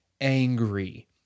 angry